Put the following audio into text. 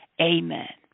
Amen